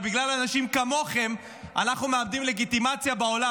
ובגלל אנשים כמוכם אנחנו מאבדים לגיטימציה בעולם.